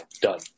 done